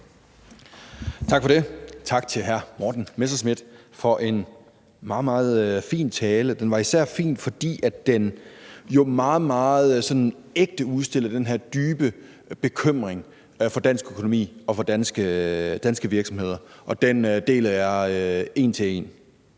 Tak for det. Tak til hr. Morten Messerschmidt for en meget, meget fin tale. Den var især fin, fordi den jo meget, meget sådan ægte udstiller den her dybe bekymring for dansk økonomi og for danske virksomheder. Og den deler jeg en til en.